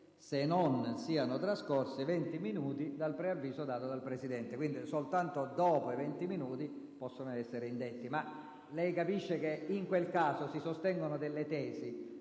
se non siano trascorsi venti minuti dal preavviso dato dal Presidente. Quindi, soltanto dopo venti minuti possono essere indette. Lei capisce che in quel caso si sostengono delle tesi